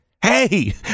Hey